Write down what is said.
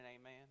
amen